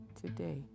Today